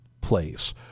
place